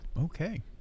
Okay